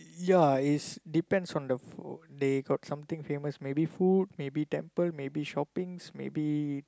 ya is depends on the food they got something famous maybe food maybe temple maybe shoppings maybe